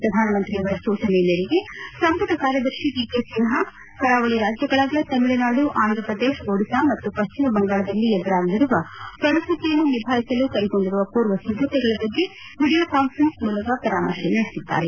ಪ್ರಧಾನಮಂತ್ರಿಯವರ ಸೂಚನೆ ಮೇರೆಗೆ ಸಂಪುಟ ಕಾರ್ಯದರ್ಶಿ ಪಿ ಕೆ ಸಿನ್ಸಾ ಕರಾವಳಿ ರಾಜ್ಯಗಳಾದ ತಮಿಳುನಾಡು ಆಂಧ್ರಪ್ರದೇಶ ಒಡಿಶಾ ಮತ್ತು ಪಶ್ಚಿಮ ಬಂಗಾಳದಲ್ಲಿ ಎದುರಾಗಲಿರುವ ಪರಿಸ್ಹಿತಿಯನ್ನು ನಿಭಾಯಿಸಲು ಕೈಗೊಂಡಿರುವ ಪೂರ್ವಸಿದ್ದತೆಗಳ ಬಗ್ಗೆ ವೀಡಿಯೋ ಕಾನ್ವೆರೆನ್ಸ್ ಮೂಲಕ ಪರಾಮರ್ತೆ ನಡೆಸಿದ್ದಾರೆ